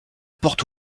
porte